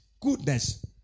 goodness